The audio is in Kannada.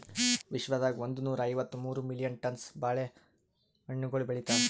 ವಿಶ್ವದಾಗ್ ಒಂದನೂರಾ ಐವತ್ತ ಮೂರು ಮಿಲಿಯನ್ ಟನ್ಸ್ ಬಾಳೆ ಹಣ್ಣುಗೊಳ್ ಬೆಳಿತಾರ್